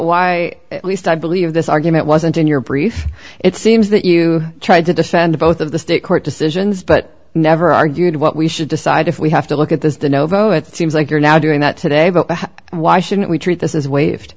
why at least i believe this argument wasn't in your brief it seems that you tried to defend both of the state court decisions but never argued what we should decide if we have to look at this the novo it seems like you're now doing that today but why shouldn't we treat this as waived